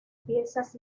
piezas